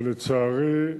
ולצערי,